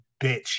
bitch